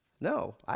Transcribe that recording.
No